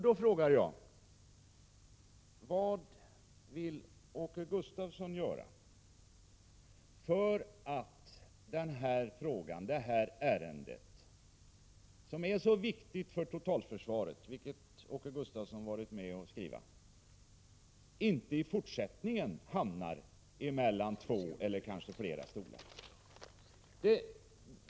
Då frågar jag: Vad vill Åke Gustavsson göra för att detta för totalförsvaret så viktiga ärende, vilket Åke Gustavsson också poängterat, i fortsättningen inte hamnar mellan två eller kanske flera stolar?